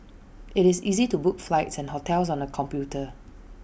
IT is easy to book flights and hotels on the computer